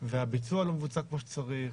והביצוע לא מבוצע כמו שצריך,